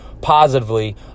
positively